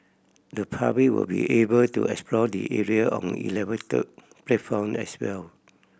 the public will be able to explore the area on elevated platform as well